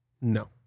No